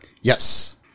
Yes